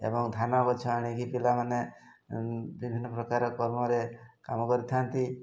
ଏବଂ ଧାନ ଗଛ ଆଣିକି ପିଲାମାନେ ବିଭିନ୍ନ ପ୍ରକାର କର୍ମରେ କାମ କରିଥାନ୍ତି